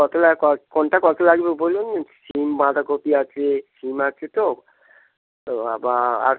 কতটা লাগবে কোনটা কত লাগবে বলুন সিম বাঁধাকপি আছে সিম আছে তো তো আবার আর